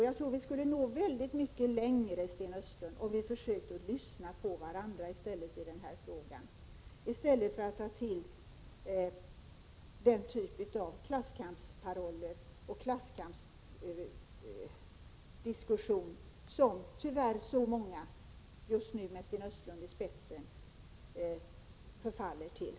Jag tror att vi skulle nå mycket längre, Sten Östlund, om vi försökte lyssna på varandra i den här frågan i stället för att ta till den typ av klasskampsparoller och klasskampsdiskussioner som tyvärr så många just nu, med Sten Östlund i spetsen, förfaller till.